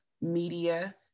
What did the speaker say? media